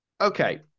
Okay